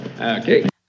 Okay